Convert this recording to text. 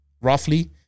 roughly